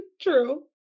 true